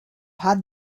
had